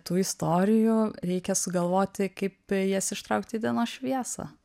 tų istorijų reikia sugalvoti kaip jas ištraukt į dienos šviesą